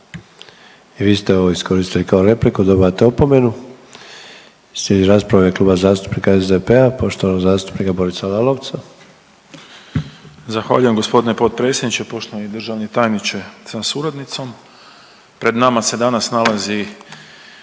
I vi ste ovo iskoristili kao repliku dobivate opomenu. Slijedi rasprava u ime Kluba zastupnika SDP-a poštovanog zastupnika Borisa Lalovca. **Lalovac, Boris (SDP)** Zahvaljujem g. potpredsjedniče. Poštovani državni tajniče sa suradnicom. Pred nama se danas nalazi